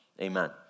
Amen